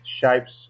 shapes